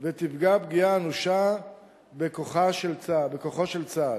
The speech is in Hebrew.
ותפגע פגיעה אנושה בכוחו של צה"ל.